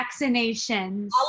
vaccinations